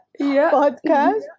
podcast